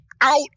out